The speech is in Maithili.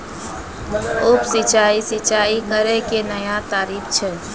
उप सिंचाई, सिंचाई करै के नया तरीका छै